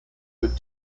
with